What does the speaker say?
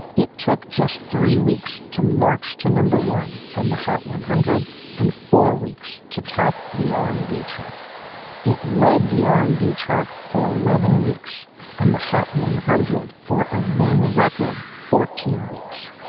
it took just three weeks to march to number one on the hot one hundred and four weeks to top the r and b chart it led the r and b chart for eleven weeks and the hot one hundred for a then record fourteen weeks.